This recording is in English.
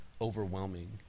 overwhelming